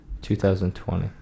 2020